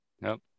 Nope